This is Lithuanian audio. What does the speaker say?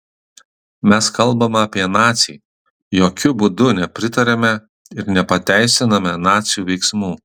mes kalbame apie nacį jokiu būdu nepritariame ir nepateisiname nacių veiksmų